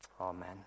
Amen